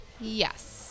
Yes